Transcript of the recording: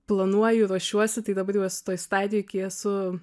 planuoju ruošiuosi tai dabar jau toj stadijoj kai esu